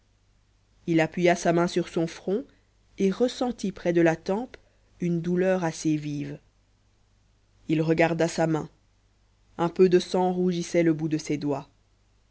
il appuya sa main sur son front et ressentit près de la tempe une douleur assez vive il regarda sa main un peu de sang rougissait le bout de ses doigts